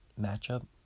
matchup